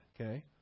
Okay